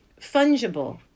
fungible